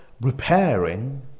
repairing